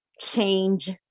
change